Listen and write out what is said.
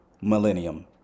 millennium